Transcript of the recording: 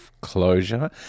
closure